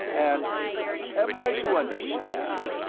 and am i to understand,